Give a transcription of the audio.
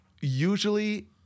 Usually